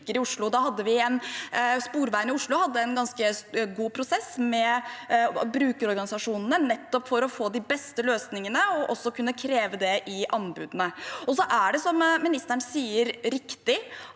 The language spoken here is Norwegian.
Sporveien i Oslo hadde en ganske god prosess med brukerorganisasjonene nettopp for å få de beste løsningene og også kunne kreve det i anbudene. Det er riktig som ministeren sier,